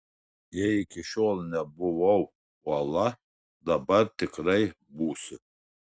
jei iki šiol nebuvau uola dabar tikrai būsiu